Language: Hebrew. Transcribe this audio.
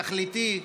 תכליתי,